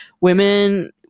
Women